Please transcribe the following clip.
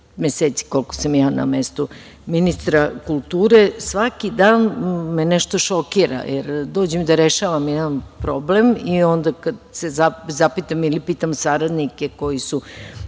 meseca, koliko sam ja na mestu ministra kulture, svaki dan me nešto šokira, jer dođem da rešavam jedan problem i onda kad se zapitam ili pitam saradnike koji su